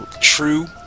true